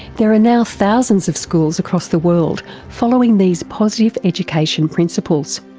there are now thousands of schools across the world following these positive education principles.